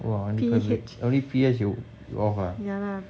!wah! you only only P_H you off ah